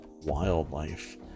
Wildlife